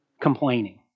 complaining